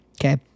okay